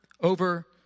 over